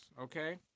Okay